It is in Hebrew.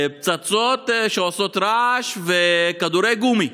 פצצות שעושות רעש וכדורי גומי,